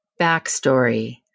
backstory